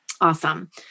Awesome